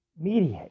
mediate